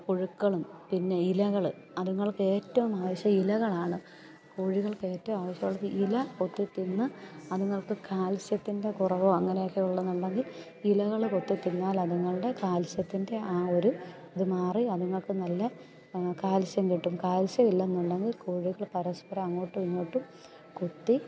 പുഴുക്കളും പിന്നെ ഇലകൾ അത്ങ്ങൾക്ക് ഏറ്റവും ആവശ്യം ഇലകളാണ് കോഴികൾക്ക് ഏറ്റവും ആവശ്യം ഉള്ളത് ഇല കൊത്തി തിന്ന് അത്ങ്ങൾക്ക് കാൽസ്യത്തിൻ്റെ കുറവോ അങ്ങനെയൊക്കെ ഉണ്ടെന്നുണ്ടെങ്കിൽ ഇലകൾ കൊത്തി തിന്നാൽ അത്ങ്ങളുടെ കാൽസ്യത്തിൻ്റെ ആ ഒരു ഇത് മാറി അത്ങ്ങൾക്ക് നല്ല കാൽസ്യം കിട്ടും കാൽസ്യം ഇല്ല എന്നുണ്ടെങ്കിൽ കോഴികൾ പരസ്പരം അങ്ങോട്ടും ഇങ്ങോട്ടും കൊത്തി